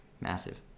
massive